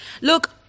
Look